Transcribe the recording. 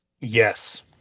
yes